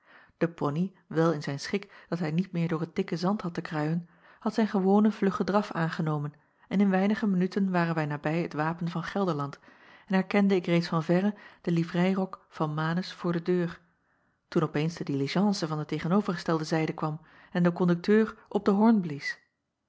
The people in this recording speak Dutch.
e poney wel in zijn schik dat hij niet meer door het dikke zand had te kruien had zijn gewonen vluggen draf aangenomen en in weinige minuten waren wij nabij het apen van elderland en herkende ik reeds van verre den livreirok van anus voor de deur toen op eens de diligence van de tegenovergestelde zijde kwam en de kondukteur op den hoorn blies